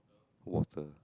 who was the